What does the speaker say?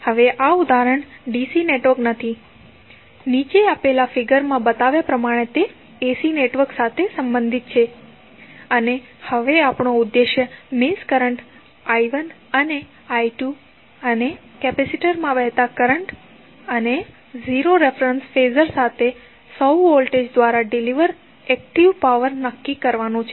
હવે આ ઉદાહરણ DC નેટવર્ક નથી નીચે આપેલા ફિગરમાં બતાવ્યા પ્રમાણે તે ac નેટવર્ક સાથે સંબંધિત છે અને હવે આપણો ઉદ્દેશ મેશ કરંટ I1 અને I2 અને કેપેસિટર માં વહેતા કરંટ અને 0 રેફેરેંસ ફેઝર સાથે 100 વોલ્ટેજ દ્વારા ડિલિવર એકટીવ પાવર નક્કી કરવાનું છે